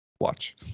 watch